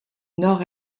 nord